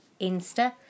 Insta